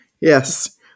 yes